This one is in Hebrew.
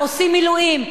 עושים מילואים,